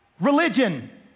religion